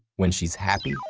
when she's happy,